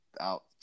out